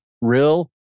real